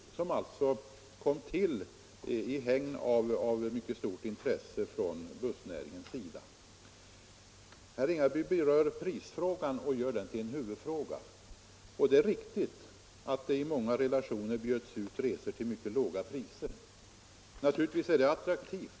Beslutet kom alltså till stånd i hägn av ett mycket stort intresse från bussnäringens 131 sida. Herr Ringaby berör prisfrågan och gör den till en huvudfråga. Det är riktigt att det i många relationer bjuds ut resor till mycket låga priser. Naturligtvis är det attraktivt.